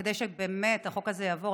וכדי שהחוק הזה באמת יעבור,